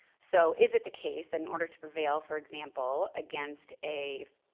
so is it the case that in order to prevail for example against a